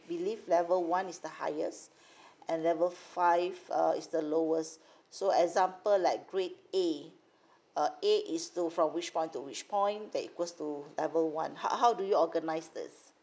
believe level one is the highest and level five uh is the lowest so example like grade A uh A is still from which point to which point that equals to level one how how do you organise this